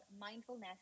mindfulness